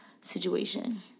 situation